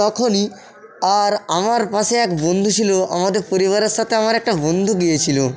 তখনই আর আমার পাশে এক বন্ধু ছিলো আমাদের পরিবারের সাথে আমার একটা বন্ধু গিয়েছিলো